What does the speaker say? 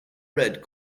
red